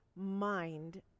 mind